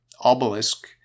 obelisk